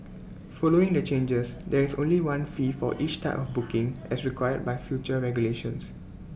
following the changes there is only one fee for each type of booking as required by future regulations